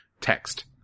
text